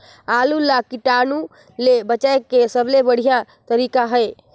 आलू ला कीटाणु ले बचाय के सबले बढ़िया तारीक हे?